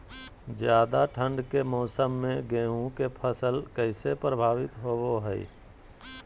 ज्यादा ठंड के मौसम में गेहूं के फसल कैसे प्रभावित होबो हय?